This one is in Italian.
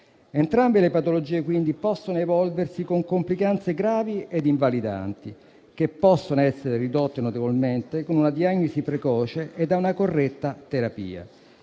Entrambe le patologie quindi possono evolversi con complicanze gravi ed invalidanti che possono essere ridotte notevolmente con una diagnosi precoce e una corretta terapia